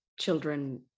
children